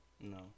No